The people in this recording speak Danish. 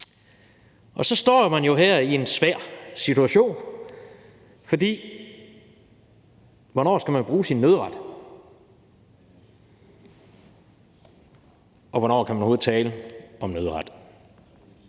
Og så står man jo her i en svær situation, for hvornår skal man bruge sin nødret? Og hvornår kan man overhovedet tale om nødret,